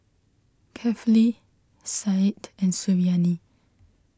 Kefli Said and Suriani